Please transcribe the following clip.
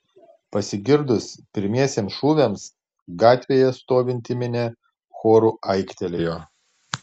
pasigirdus pirmiesiems šūviams gatvėje stovinti minia choru aiktelėjo